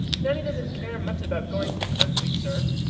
nanny doesn't care much about going to the country, sir.